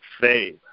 faith